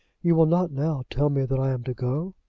you will not now tell me that i am to go?